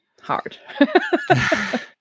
hard